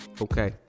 Okay